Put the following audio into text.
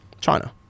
China